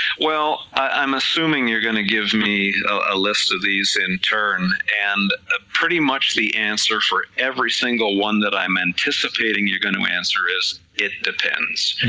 well i'm assuming you're going to give me a list of these in turn, and ah pretty much the answer for every single one that i'm anticipating you're going to answer is, it depends,